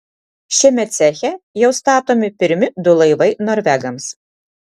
šiame ceche jau statomi pirmi du laivai norvegams